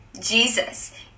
Jesus